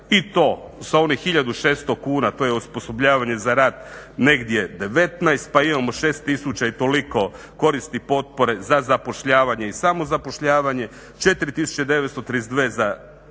i to sa onih 1600 kuna to je osposobljavanje za rad negdje 19 pa imamo 6000 i toliko koristi potpore za zapošljavanje i samozapošljavanje, 4932 za